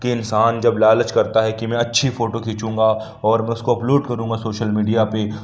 کہ انسان جب لالچ کرتا ہے کہ میں اچھی فوٹو کھینچوں گا اور بس کو اپلوڈ کروں گا سوشل میڈیا پہ